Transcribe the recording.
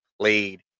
played